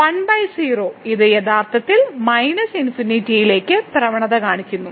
10 ഇത് യഥാർത്ഥത്തിൽ ∞ ലേക്ക് പ്രവണത കാണിക്കുന്നു